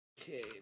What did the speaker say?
Okay